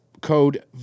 code